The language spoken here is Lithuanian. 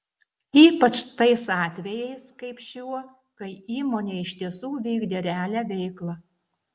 ypač tais atvejais kaip šiuo kai įmonė iš tiesų vykdė realią veiklą